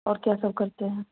और क्या सब करते हैं